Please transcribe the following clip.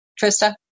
Trista